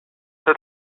had